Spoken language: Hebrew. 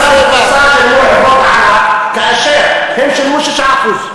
מה מס ההכנסה של חברות ענק כאשר הן שילמו 6%?